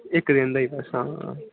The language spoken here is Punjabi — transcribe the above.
ਇੱਕ ਦਿਨ ਦਾ ਹੀ ਬਸ ਹਾਂ